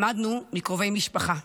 למדנו מקרובי משפחה.